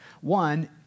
One